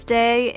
day